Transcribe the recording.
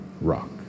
rock